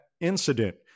incident